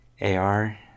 AR